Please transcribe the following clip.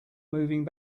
moving